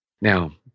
Now